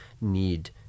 need